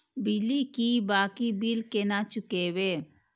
बिजली की बाकी बील केना चूकेबे?